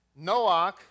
Noach